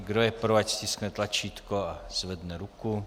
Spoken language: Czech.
Kdo je pro, ať stiskne tlačítko a zvedne ruku.